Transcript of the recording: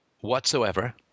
whatsoever